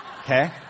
okay